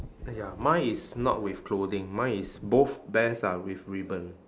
ya mine is not with clothing mine is both bears are with ribbon